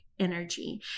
energy